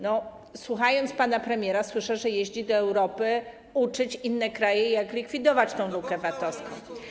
No, słucham pana premiera i słyszę, że jeździ do Europy uczyć inne kraje, jak likwidować tę lukę VAT-owską.